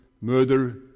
murder